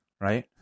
right